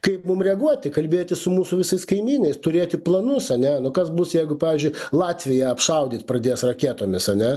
kaip mum reaguoti kalbėtis su mūsų visais kaimynais turėti planus ane nu kas bus jeigu pavyzdžiui latviją apšaudyt pradės raketomis ane